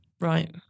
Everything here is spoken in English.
right